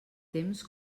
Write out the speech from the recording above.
temps